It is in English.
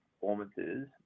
Performances